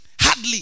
hardly